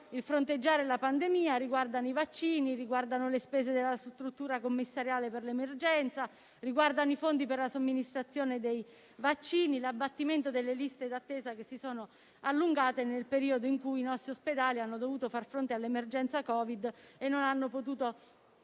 a fronteggiare la pandemia, riguardano i vaccini, le spese della struttura commissariale per l'emergenza, i fondi per la somministrazione dei vaccini e l'abbattimento delle liste d'attesa che si sono allungate nel periodo in cui i nostri ospedali hanno dovuto far fronte all'emergenza Covid e non hanno potuto